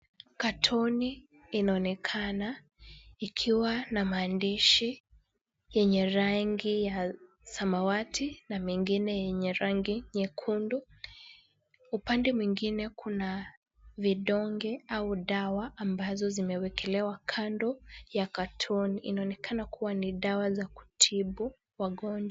Katoni inaonekana ikiwa na maandishi yenye rangi ya samawati na mengine yenye rangi nyekundu. Upande mwingine kuna vidonge au dawa ambazo zimewekelewa kando ya katoni . Inaonekana kuwa ni dawa za kutibu magonjwa.